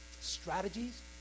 strategies